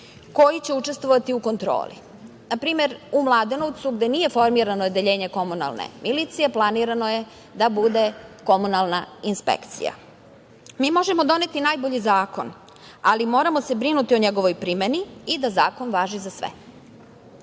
koji će učestvovati u kontroli. Na primer, u Mladenovcu gde nije formirano odeljenje komunalne milicije planirano je da bude komunalna inspekcija. Mi možemo doneti najbolji zakon, ali moramo se brinuti o njegovoj primeni i da zakon važi za